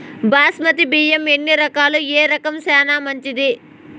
బాస్మతి బియ్యం ఎన్ని రకాలు, ఏ రకం చానా మంచిది?